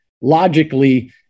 logically